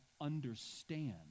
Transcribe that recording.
understand